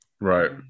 Right